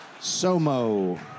Somo